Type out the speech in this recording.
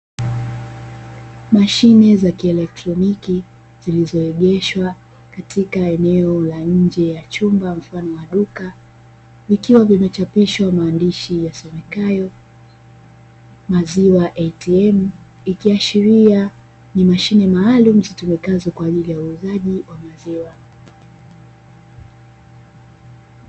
Mashine za kielektroniki, zilizoegeshwa katika eneo la nje ya chumba mfano wa duka, vikiwa vimechapishwa maandishi yasomekayo "maziwa ATM" ikiashiria ni mashine maalumu zitumikazo kwa ajili ya uuzaji wa maziwa.